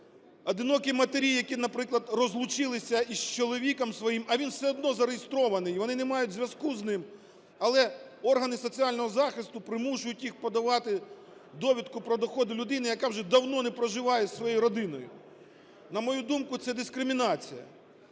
одинокі матері, які, наприклад, розлучилися із чоловіком своїм, а він все одно зареєстрований, і вони не мають зв'язку з ним, але органи соціального захисту примушують їх подавати довідку про доходи людини, яка вже давно не проживає із своєю родиною. На мою думку, це дискримінація.